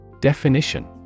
Definition